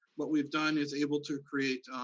what we've done is able to create,